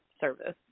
service